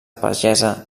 pagesa